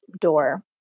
door